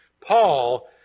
Paul